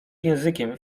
językiem